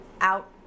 out